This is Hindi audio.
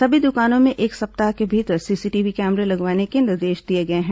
सभी दुकानों में एक सप्ताह के भीतर सीसीटीवी कैमरे लगवाने के निर्देश दिए गए हैं